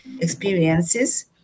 experiences